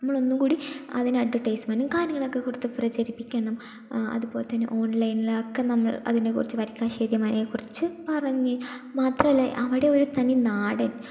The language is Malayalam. നമ്മളൊന്നും കൂടി അതിന് അഡ്വട്ടയിസ്മെൻ്റും കാര്യങ്ങളൊക്കെ കൊടുത്ത് പ്രചരിപ്പിക്കണം അതുപോലെത്തന്നെ ഓൺലൈനിൽ ഒക്കെ നമ്മൾ അതിനെക്കുറിച്ച് വരിക്കാശ്ശേരി മനയെക്കുറിച്ച് പറഞ്ഞ് മാത്രമല്ല അവിടെ ഒരു തനി നാടൻ